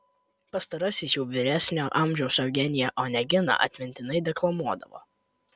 pastarasis jau vyresnio amžiaus eugeniją oneginą atmintinai deklamuodavo